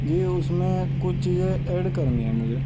جی اس میں کچھ چیزیں ایڈ کرنی ہیں مجھے